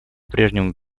прежнему